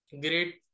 great